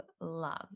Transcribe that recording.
love